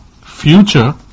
future